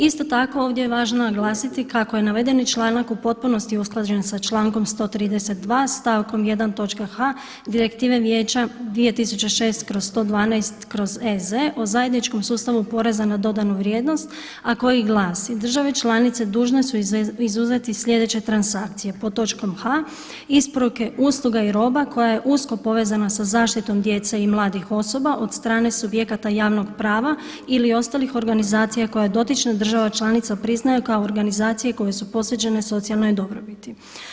Isto tako ovdje je važno naglasiti kako je navedeni članak u potpunosti usklađen sa člankom 132. stavkom 1. točka h, Direktive Vijeća 2006/112/EZ o zajedničkom sustavu poreza na dodanu vrijednost, a koji glasi „države članice dužne su izuzeti slijedeće transakcije, pod točkom h isporuke usluga i roba koja je usko povezana sa zaštitom djece i mladih osoba od strane subjekata javnog prava ili ostalih organizacija koja dotična država članica priznaje kao organizacije koje su posvećene socijalnoj dobrobiti“